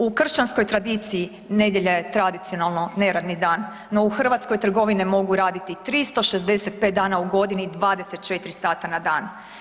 U kršćanskoj tradiciji nedjelja je tradicionalno neradni dan, no u Hrvatskoj trgovine mogu raditi 365 dana u godini 24 sata na dan.